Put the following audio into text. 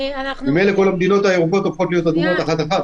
ממילא כל המדינות הירוקות הופכות להיות אדומות אחת-אחת.